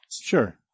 Sure